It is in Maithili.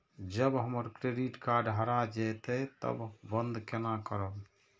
जब हमर क्रेडिट कार्ड हरा जयते तब बंद केना करब?